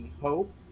hope